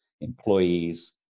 employees